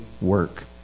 work